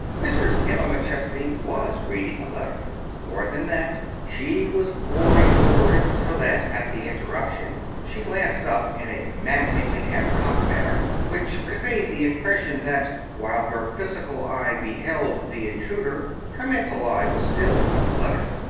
mrs. emma mcchesney was reading a letter. more than that, she was poring over it so that, at the interruption, she glanced up in a maddeningly half-cocked manner which conveyed the impression that, while her physical eye beheld the intruder, her mental eye was still on the letter.